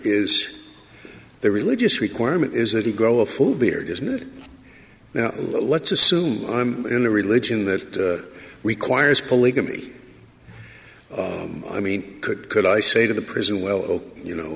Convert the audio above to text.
is their religious requirement is that he grow a full beard isn't it now let's assume i'm in a religion that requires polygamy i mean could could i say to the prison well ok you know